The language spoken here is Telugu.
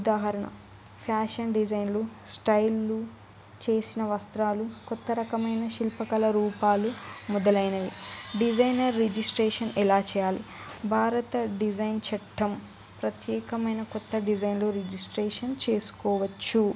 ఉదాహరణ ఫ్యాషన్ డిజైన్లు స్టైళ్లు చేసిన వస్త్రాలు కొత్త రకమైన శిల్పకళ రూపాలు మొదలైనవి డిజైనర్ రిజిస్ట్రేషన్ ఎలా చేయాలి భారత డిజైన్ చట్టం ప్రత్యేకమైన కొత్త డిజైన్లు రిజిస్ట్రేషన్ చేసుకోవచ్చు